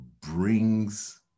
brings